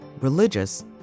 religious